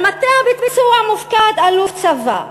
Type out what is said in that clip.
על מטה הביצוע מופקד אלוף בצבא.